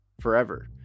forever